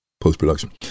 post-production